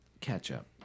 ketchup